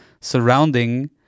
surrounding